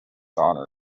honors